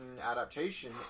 adaptation